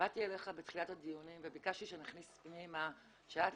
באתי אליך בתחילת הדיונים וביקשתי שנכניס פנימה שעד